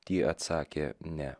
tai atsakė ne